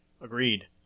Agreed